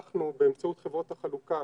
אנחנו, באמצעות חברות החלוקה,